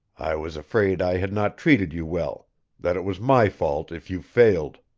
i was afraid i had not treated you well that it was my fault if you failed.